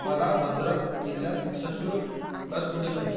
मला भद्रक जिल्ह्यात सशुल्क लस कुठे मिळेल